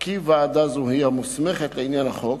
כי ועדה זו היא המוסמכת לעניין החוק,